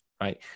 right